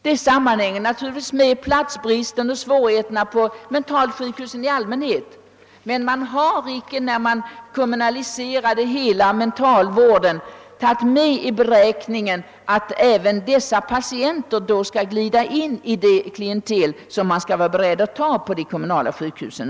Det sammanhänger naturligtvis med platsbristen och svårigheterna på mentalsjukhusen i allmänhet, men också med att man, när hela mentalvården kommunaliserades, aldrig tog med i beräkningen att även dessa patienter skulle glida in bland det klientel som tas emot på de kommunala sjukhusen.